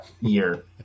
year